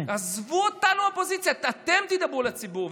עזבו אותנו, האופוזיציה, אתם תדברו אל הציבור.